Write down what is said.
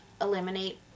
eliminate